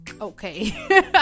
okay